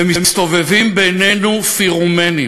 ומסתובבים בינינו פירומנים.